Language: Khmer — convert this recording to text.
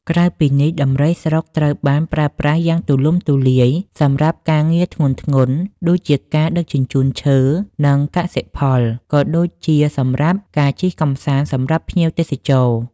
ក្រៅពីនេះដំរីស្រុកត្រូវបានប្រើប្រាស់យ៉ាងទូលំទូលាយសម្រាប់ការងារធ្ងន់ៗ ដូចជាការដឹកជញ្ជូនឈើ និងកសិផល ក៏ដូចជាសម្រាប់ការជិះកម្សាន្តសម្រាប់ភ្ញៀវទេសចរ។